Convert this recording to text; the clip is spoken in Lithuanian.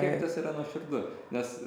kiek tas yra nuoširdu nes